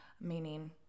meaning